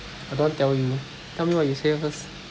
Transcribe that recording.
I don't want tell you tell me what you say first